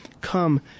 come